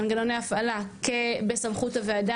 מנגנוני הפעלה בסמכות הוועדה,